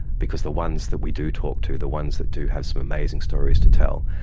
because the ones that we do talk to, the ones that do have some amazing stories to tell,